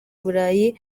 burayi